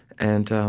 and